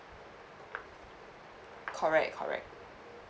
correct correct